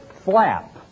flap